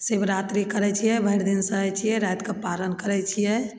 शिवरात्रि करय छियै भरि दिन सहय छियै रातिके पारन करय छियै